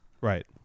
right